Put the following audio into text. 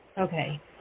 okay